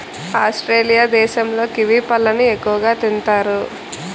Australia దేశంలో kiwi పళ్ళను ఎక్కువగా తింతారు